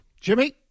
jimmy